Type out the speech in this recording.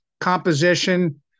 composition